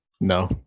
no